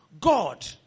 God